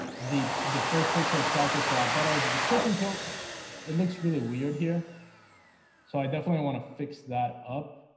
the the first picture itself looks a lot better the description to it looks really weird here so i definitely want to fix that up.